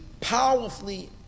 powerfully